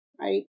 right